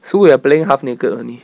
so we are playing half naked only